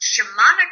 shamanic